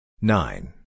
nine